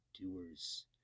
doers